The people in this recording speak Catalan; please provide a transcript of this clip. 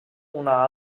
una